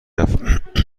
رفت